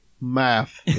Math